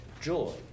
joy